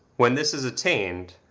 when this is attained,